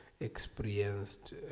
experienced